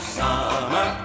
summer